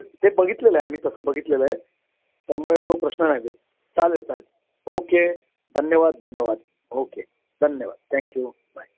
हो हो ते ते बघितलेलं आहे आम्ही तसं बघितलेलं आहे त्यामुळे तो प्रश्न नाही आहे चालेल चालेल ओके धन्यवाद धन्यवाद ओके धन्यवाद थँक्यू बाय